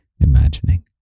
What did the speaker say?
imagining